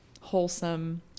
wholesome